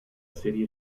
serie